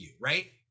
right